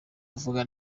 uvuga